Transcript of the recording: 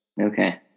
Okay